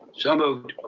so moved.